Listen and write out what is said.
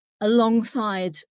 alongside